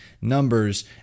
numbers